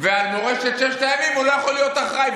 ועל מורשת ששת הימים הוא לא יכול להיות אחראי.